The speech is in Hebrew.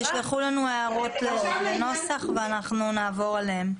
תשלחו לנו הערות לנוסח ואנחנו נעבור עליהן.